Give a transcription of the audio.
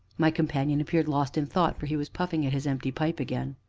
my companion appeared lost in thought, for he was puffing at his empty pipe again.